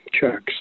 checks